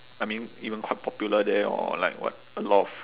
I mean even quite popular there or like what a lot of